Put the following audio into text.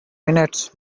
minutes